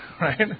right